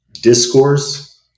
discourse